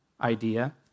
idea